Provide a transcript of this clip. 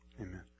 Amen